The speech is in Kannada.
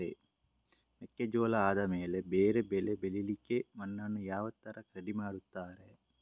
ಮೆಕ್ಕೆಜೋಳ ಆದಮೇಲೆ ಬೇರೆ ಬೆಳೆ ಬೆಳಿಲಿಕ್ಕೆ ಮಣ್ಣನ್ನು ಯಾವ ತರ ರೆಡಿ ಮಾಡ್ತಾರೆ?